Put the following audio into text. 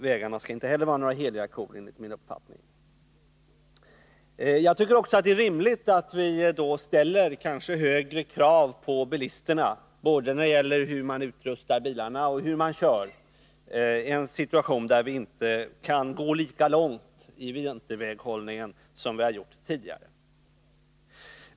Vägarna skall enligt min uppfattning inte heller vara några heliga kor. Jag tycker också att det då är rimligt att vi ställer högre krav på bilisterna när det gäller både hur man utrustar bilarna och hur man kör i en situation där vi inte kan gå lika långt i vinterväghållning som vi gjort tidigare.